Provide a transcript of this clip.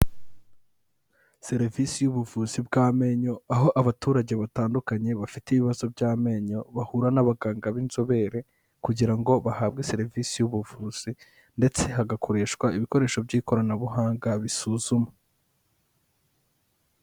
Serivisi y'ubuvuzi bw'amenyo aho abaturage batandukanye bafite ibibazo by'amenyo bahura n'abaganga b'inzobere kugira ngo bahabwe serivisi y'ubuvuzi ndetse hagakoreshwa ibikoresho by'ikoranabuhanga bisuzumwa.